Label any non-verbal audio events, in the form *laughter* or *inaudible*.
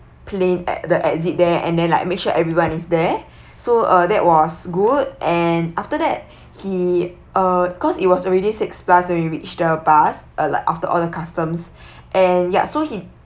plane at the exit there and then like make sure everyone is there *breath* so uh that was good and after that he uh cause it was already six plus when we reached the bus uh like after all the customs *breath* and ya so he